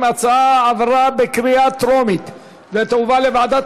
ההצעה להעביר את הצעת חוק סיוע לשדרות וליישובי הנגב המערבי (הוראת שעה)